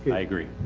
and i agree.